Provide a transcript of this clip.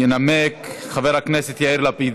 ינמק חבר הכנסת יאיר לפיד,